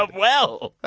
ah well.